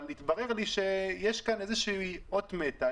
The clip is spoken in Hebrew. אבל התברר לי שיש פה אות מתה,